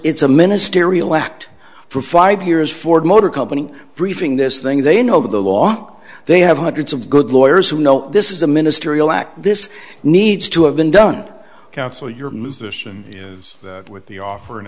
it's a ministerial act for five years ford motor company briefing this thing they know the law they have hundreds of good lawyers who know this is a ministerial act this needs to have been done counsel your musician is with the offer and